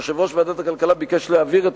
יושב-ראש ועדת הכלכלה ביקש להעביר את